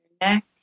neck